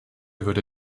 würde